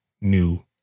new